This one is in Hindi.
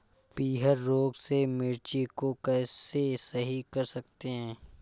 पीहर रोग से मिर्ची को कैसे सही कर सकते हैं?